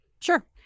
Sure